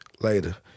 later